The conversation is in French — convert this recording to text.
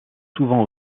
souvent